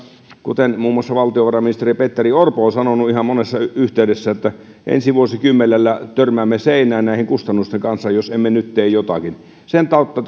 kuten muun muassa valtiovarainministeri petteri orpo on sanonut ihan monessa yhteydessä ensi vuosikymmenellä törmäämme seinään näiden kustannusten kanssa jos emme nyt tee jotakin sen tautta